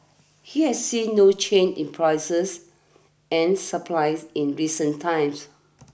he has seen no change in prices and supplies in recent times